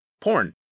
porn